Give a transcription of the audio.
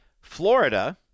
Florida